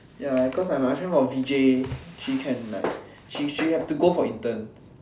ya cause like my friend was from V_J she can like she have to go for intern